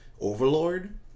overlord